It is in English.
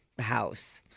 house